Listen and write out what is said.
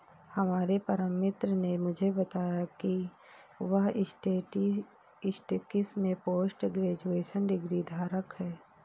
हमारे परम मित्र ने मुझे बताया की वह स्टेटिस्टिक्स में पोस्ट ग्रेजुएशन डिग्री धारक है